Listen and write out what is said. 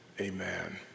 amen